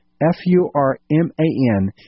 F-U-R-M-A-N